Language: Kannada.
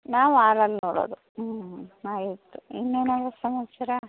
ನಾವು ಆಲಲ್ಲಿ ನೋಡೋದು ಹ್ಞೂ ಆಯಿತು ಇನ್ನೇನಾದ್ರೂ ಸಮಾಚಾರ